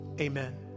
Amen